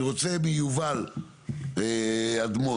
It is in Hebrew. אני רוצה מיובל אדמון,